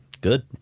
Good